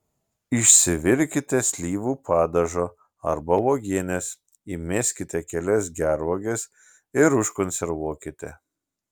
išsivirkite slyvų padažo arba uogienės įmeskite kelias gervuoges ir užkonservuokite